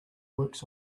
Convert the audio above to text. works